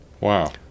Wow